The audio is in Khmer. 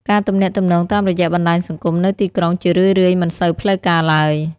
ការទំនាក់ទំនងតាមរយៈបណ្ដាញសង្គមនៅទីក្រុងជារឿយៗមិនសូវផ្លូវការឡើយ។